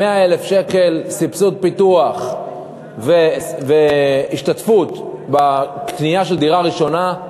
100,000 שקל סבסוד פיתוח והשתתפות בקנייה של דירה ראשונה,